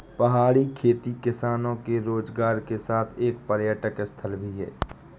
पहाड़ी खेती किसानों के रोजगार के साथ एक पर्यटक स्थल भी है